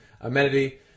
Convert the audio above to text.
amenity